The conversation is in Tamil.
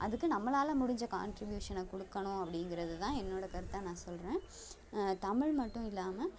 அதுக்கு நம்மளால் முடிஞ்ச காண்ட்ரிபியூஷனை கொடுக்கணும் அப்படீங்கிறது தான் என்னோடய கருத்தாக நான் சொல்கிறேன் தமிழ் மட்டும் இல்லாமல்